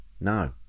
No